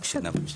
רק שנבין.